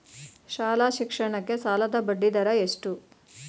ಶಾಲಾ ಶಿಕ್ಷಣಕ್ಕೆ ಸಾಲದ ಬಡ್ಡಿದರ ಎಷ್ಟು?